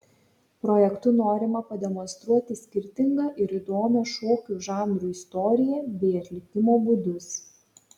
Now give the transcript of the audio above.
projektu norima pademonstruoti skirtingą ir įdomią šokių žanrų istoriją bei atlikimo būdus